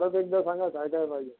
परत एकदा सांगा काय काय पाहिजे